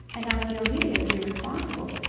and i feel hideously responsible.